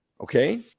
Okay